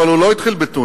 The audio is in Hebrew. אבל הוא לא התחיל בתוניס,